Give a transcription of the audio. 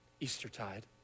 Eastertide